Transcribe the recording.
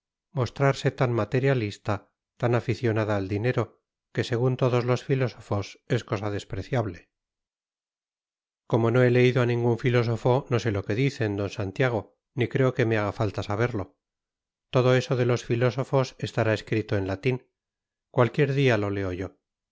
mostrarse tan materialista tan aficionada al dinero que según todos los filósofos es cosa despreciable como no he leído a ningún filósofo no sé lo que dicen d santiago ni creo que me haga falta saberlo todo eso de los filósofos estará escrito en latín cualquier día lo leo yo